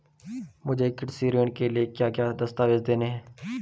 मुझे कृषि ऋण के लिए क्या क्या दस्तावेज़ देने हैं?